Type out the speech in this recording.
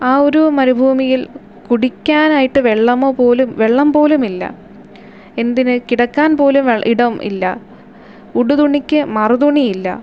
ആ ഒരു മരുഭൂയിൽ കുടിക്കാനായിട്ട് വെള്ളമോ പോലും വെള്ളം പോലും ഇല്ല എന്തിനു കിടക്കാൻ പോലും ഇടം ഇല്ല ഉടുതുണിക്ക് മറുതുണി ഇല്ല